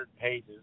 pages